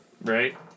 right